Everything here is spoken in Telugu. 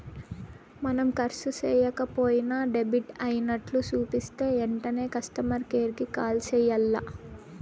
మనం కర్సు సేయక పోయినా డెబిట్ అయినట్లు సూపితే ఎంటనే కస్టమర్ కేర్ కి కాల్ సెయ్యాల్ల